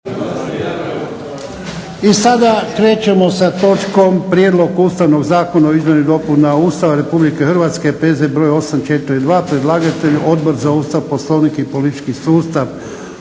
I sada krećemo sa točkom - Prijedlog Ustavnog zakona o izmjeni i dopunama Ustava Republike Hrvatske, P.Z. br. 842. Predlagatelj Odbor za Ustav, Poslovnik i politički sustav.